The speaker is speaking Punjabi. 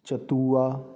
ਚਤੁਆ